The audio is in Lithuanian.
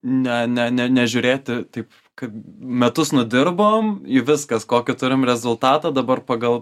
ne ne ne nežiūrėti taip kaip metus nudirbom i viskas kokį turim rezultatą dabar pagal